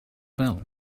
bell